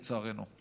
לצערנו.